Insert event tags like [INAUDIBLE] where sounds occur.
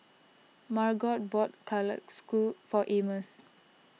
Margot bought [UNINTELLIGIBLE] for Amos